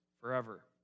forever